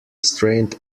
strained